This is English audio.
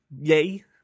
Yay